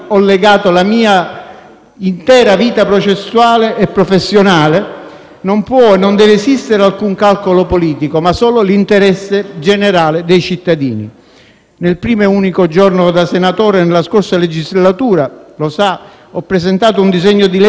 la mia intera vita processuale e professionale, non può e non deve esistere alcun calcolo politico, ma solo l'interesse generale dei cittadini. Nel mio primo giorno da senatore nella scorsa legislatura - lo sa - ho presentato un disegno di legge contro la corruzione.